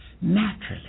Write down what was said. naturally